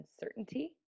uncertainty